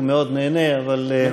הוא נהנה מאוד, מאוד.